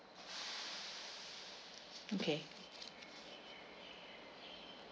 okay